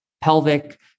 pelvic